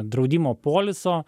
draudimo poliso